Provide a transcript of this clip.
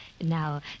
Now